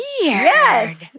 Yes